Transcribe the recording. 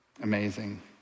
Amazing